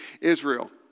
Israel